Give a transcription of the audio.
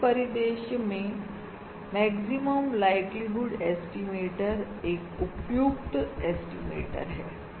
तो इस परिदृश्य के लिए मैक्सिमम लाइक्लीहुड एस्टिमेटर एक उपयुक्त एस्टिमेटर है